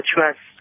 Trust